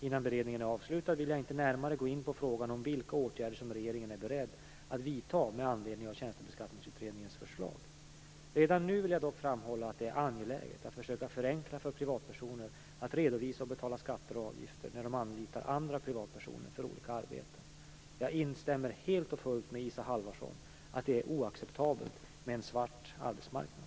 Innan beredningen är avslutad vill jag inte närmare gå in på frågan om vilka åtgärder som regeringen är beredd att vidta med anledning av Tjänstebeskattningsutredningens förslag. Redan nu vill jag dock framhålla att det är angeläget att försöka förenkla för privatpersoner att redovisa och betala skatter och avgifter när de anlitar andra privatpersoner för olika arbeten. Jag instämmer helt och fullt med Isa Halvarsson att det är oacceptabelt med en "svart" arbetsmarknad.